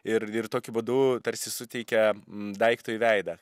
ir ir tokiu būdu tarsi suteikia daiktui veidą